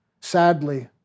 sadly